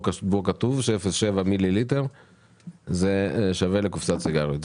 כתוב ש-0.7 מיליליטר שווה לחפיסת סיגריות.